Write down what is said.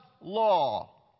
law